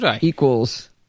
equals